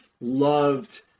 loved